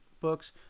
books